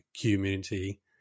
community